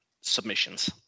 submissions